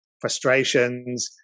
frustrations